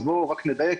רק נדייק,